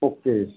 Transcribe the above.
okay